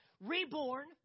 Reborn